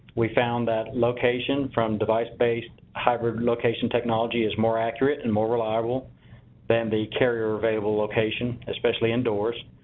we found that location from device based hybrid location technology is more accurate and more reliable than the carrier available location, especially indoors.